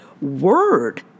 word